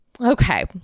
Okay